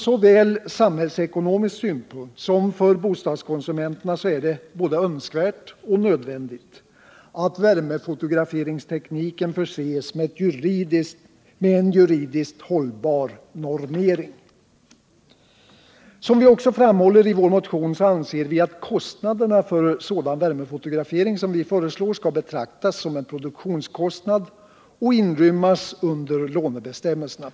Såväl från samhällsekonomisk synpunkt som med tanke på bostadskonsumenterna är det både önskvärt och nödvändigt att värmefotograferingstekniken förses med en juridiskt hållbar normering. Som vi också framhåller i vår motion anser vi att kostnaderna för sådan värmefotografering skall betraktas som en produktionskostnad och inrymmas under lånebestämmelserna.